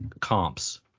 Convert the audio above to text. comps